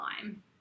time